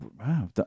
wow